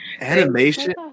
animation